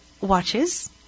watches